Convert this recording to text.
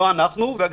לא אנחנו וגם,